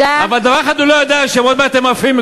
אבל דבר אחד הוא לא יודע: שעוד מעט הם עפים.